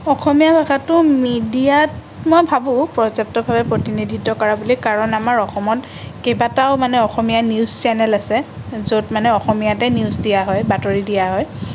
অসমীয়া ভাষাটো মিডিয়াত মই ভাবোঁ পৰ্যাপ্তভাৱে প্ৰতিনিধিত্ব কৰা বুলি কাৰণ আমাৰ অসমত কেইবাটাও মানে অসমীয়া নিউজ চেনেল আছে য'ত মানে অসমীয়াতে নিউজ দিয়া হয় বাতৰি দিয়া হয়